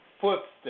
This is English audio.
footsteps